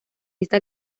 esta